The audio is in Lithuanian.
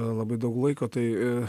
labai daug laiko tai